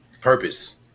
purpose